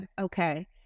Okay